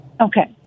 Okay